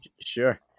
Sure